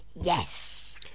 Yes